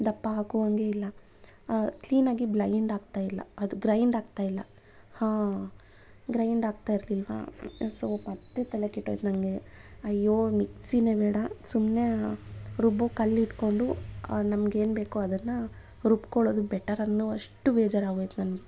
ದಪ್ಪ ಹಾಕೋ ಹಾಗೆ ಇಲ್ಲ ಕ್ಲೀನಾಗಿ ಬ್ಲೈಂಡ್ ಆಗ್ತಾ ಇಲ್ಲ ಅದು ಗ್ರೈಂಡ್ ಆಗ್ತಾ ಇಲ್ಲ ಹಾಂ ಗ್ರೈಂಡ್ ಆಗ್ತಾ ಇರ್ಲಿಲ್ವ ಸೊ ಮತ್ತೆ ತಲೆ ಕೆಟ್ಟೋಯ್ತು ನನಗೆ ಅಯ್ಯೋ ಮಿಕ್ಸಿನೇ ಬೇಡ ಸುಮ್ಮನೆ ರುಬ್ಬೊ ಕಲ್ಲು ಇಟ್ಕೊಂಡು ನಮಗೆ ಏನು ಬೇಕೋ ಅದನ್ನು ರುಬ್ಕೊಳ್ಳೋದು ಬೆಟರ್ ಅನ್ನುವಷ್ಟು ಬೇಜಾರಾಗೋಯ್ತು ನನಗೆ